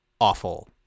awful